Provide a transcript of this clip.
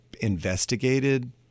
investigated